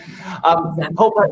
Hope